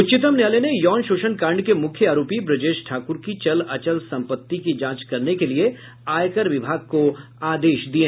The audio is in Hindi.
उच्चतम न्यायालय ने यौन शोषण कांड के मुख्य आरोपी ब्रजेश ठाकुर की चल अचल संपत्ति की जांच करने के लिये आयकर विभाग को आदेश दिये